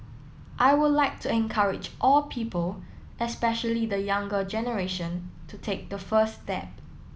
I would like to encourage all people especially the younger generation to take the first step